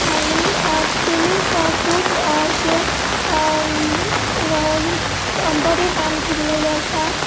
आनी तेणी खूब अशें बरें काम केल्लेलें आसा